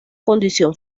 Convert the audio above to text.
condición